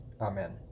Amen